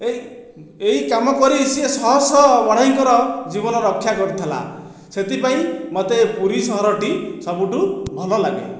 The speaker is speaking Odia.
ଏହି ଏହି କାମ କରି ସେ ଶହ ଶହ ବଢ଼େଇଙ୍କର ଜୀବନ ରକ୍ଷା କରିଥିଲା ସେଥିପାଇଁ ମୋତେ ପୁରୀ ସହରଟି ସବୁଠୁ ଭଲଲାଗେ